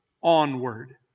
onward